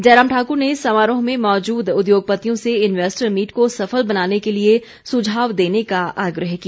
जयराम ठाक्र ने समारोह में मौजूद उद्योगपतियों से इन्वैस्टर मीट को सफल बनाने के लिए सुझाव देने का आग्रह किया